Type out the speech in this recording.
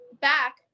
back